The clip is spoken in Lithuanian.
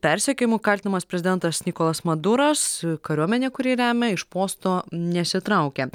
persekiojimu kaltinamas prezidentas nikolas maduras kariuomenė kuri remia iš posto nesitraukia